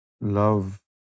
Love